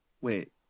wait